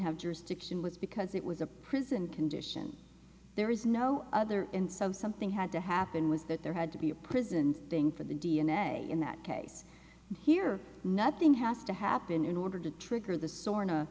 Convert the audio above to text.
have jurisdiction was because it was a prison condition there is no other and so something had to happen was that there had to be a prison thing for the d n a in that case here nothing has to happen in order to trigger the sor